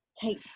take